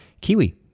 Kiwi